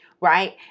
Right